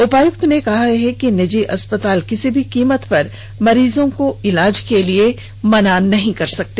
उपायुक्त ने यह भी कहा है कि निजी अस्पताल किसी भी कीमत पर मरीजों को इलाज के लिए मना नहीं करेंगे